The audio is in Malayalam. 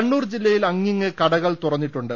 കണ്ണൂർ ജില്ലയിൽ അങ്ങിങ്ങ് കടകൾ തുറന്നിട്ടുണ്ട്